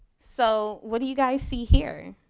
so, what do you guys see here,